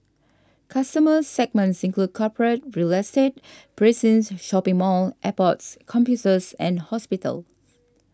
customer segments include corporate real estate precincts shopping malls airports campuses and hospitals